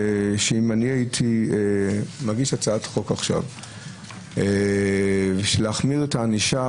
שאם אני הייתי מגיש עכשיו הצעת חוק להחמרת הענישה